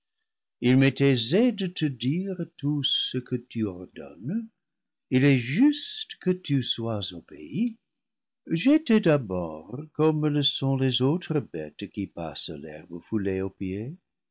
il m'est aisé de te dire tout ce que tu ordonnes il est juste que tu sois obéie j'étais d'abord comme le sont les autres bêtes qui paissent l'herbe foulée aux pieds